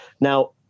Now